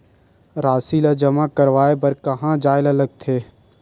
राशि ला जमा करवाय बर कहां जाए ला लगथे